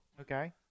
okay